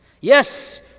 yes